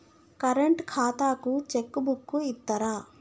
Current ఖాతాకు cheque book ఇత్తరా?